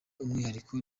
umwihariko